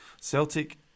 Celtic